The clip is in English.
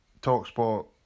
TalkSport